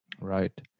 right